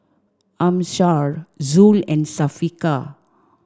Amsyar Zul and Syafiqah